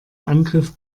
angriff